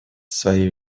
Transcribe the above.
свои